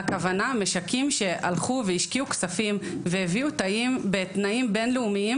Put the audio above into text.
משקים שהלכו והשקיעו כספים והביאו תאים בתנאים בין לאומיים